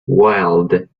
wild